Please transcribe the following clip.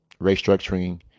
restructuring